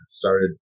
started